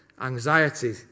anxiety